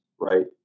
right